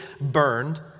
burned